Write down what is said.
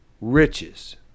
riches